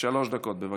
שלוש דקות, בבקשה.